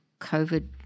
COVID